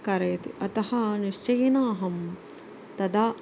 कारयति अतः निश्चयेन अहं तदा